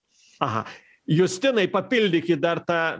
aha justinai papildykit dar tą